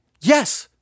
Yes